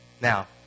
Now